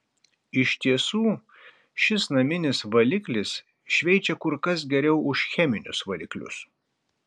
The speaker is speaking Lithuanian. iš tiesų šis naminis valiklis šveičia kur kas geriau už cheminius valiklius